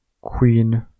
Queen